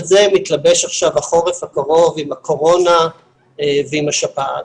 על זה מתלבש עכשיו החורף הקרוב עם הקורונה ועם השפעת.